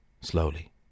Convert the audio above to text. slowly